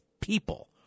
people